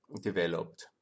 developed